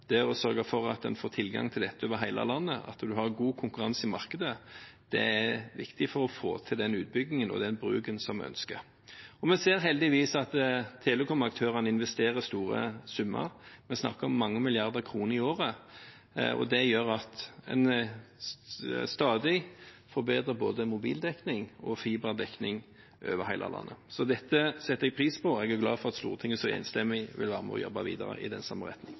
Det å sørge for at man får tilgang til dette over hele landet, og at man har god konkurranse i markedet, er viktig for å få til den utbyggingen og bruken som vi ønsker. Vi ser heldigvis at telekomaktørene investerer store summer. Vi snakker om mange milliarder kroner i året. Det gjør at en stadig både får bedre mobildekning og fiberdekning over hele landet. Dette setter jeg pris på, og jeg er glad for at Stortinget så enstemmig vil være med og jobbe videre i samme retning.